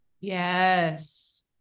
yes